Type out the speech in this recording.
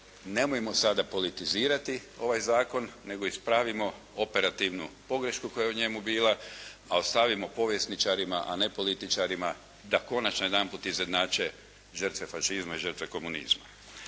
nemojmo sada politizirati ovaj zakon nego ispravimo operativnu pogrešku koja je u njemu bila, a ostavimo povjesničarima, a ne političarima da konačno jedanput izjednače žrtve fašizma i žrtve komunizma.